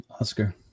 Oscar